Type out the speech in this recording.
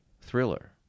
thriller